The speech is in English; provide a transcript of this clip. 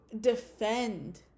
defend